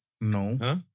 No